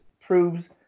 proves